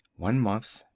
one month.